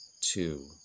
two